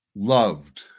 loved